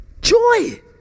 joy